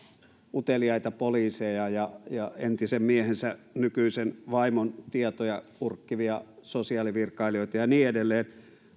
uteliaita poliiseja ja ja entisen miehensä nykyisen vaimon tietoja urkkivia sosiaalivirkailijoita ja niin edelleen